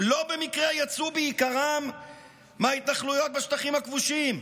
לא במקרה יצאו בעיקרם מההתנחלויות בשטחים הכבושים.